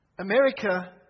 America